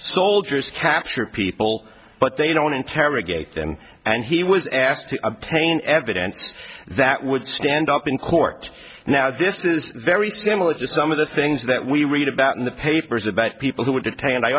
soldiers captured people but they don't interrogate them and he was asked to pain evidence that would stand up in court now this is very similar to some of the things that we read about in the papers about people who w